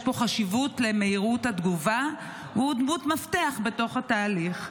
יש פה חשיבות למהירות התגובה והוא דמות מפתח בתוך התהליך.